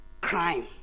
crime